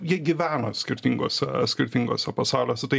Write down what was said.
jie gyvena skirtinguose skirtinguose pasauliuose tai